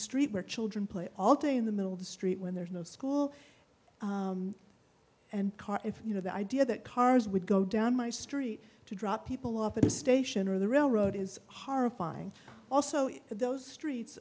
street where children play all day in the middle of the street when there's no school and car if you know the idea that cars would go down my street to drop people off at the station or the railroad is horrifying also those streets